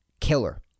killer